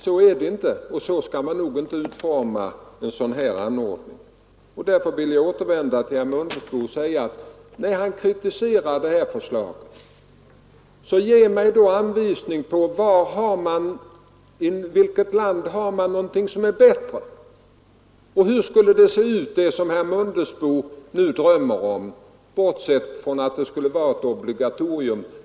Så kan systemet inte utformas. När herr Mundebo kritiserar förslaget vill jag därför säga: Ge mig anvisning på i vilket land man har någonting som är bättre! Och hur skulle det se ut som herr Mundebo nu drömmer om — bortsett från att det skall vara ett obligatorium?